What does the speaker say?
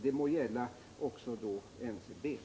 Det må då gälla också för NCB.